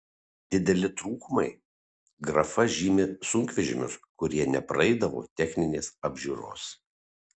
dideli trūkumai grafa žymi sunkvežimius kurie nepraeidavo techninės apžiūros